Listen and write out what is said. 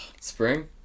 spring